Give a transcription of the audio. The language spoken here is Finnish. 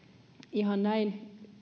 ihan näin